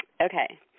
Okay